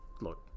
look